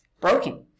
broken